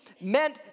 meant